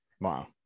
Wow